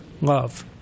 love